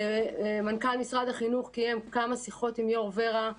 מנכ"ל משרד החינוך קיים כמה שיחות עם יו"ר ור"ה.